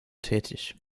tätig